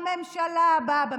בממשלה הבאה.